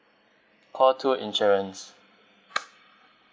call two insurance